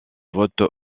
vote